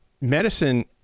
medicine